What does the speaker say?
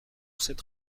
cette